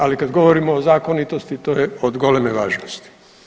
Ali kad govorimo o zakonitosti to je od ogromne važnosti.